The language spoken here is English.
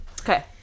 okay